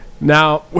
Now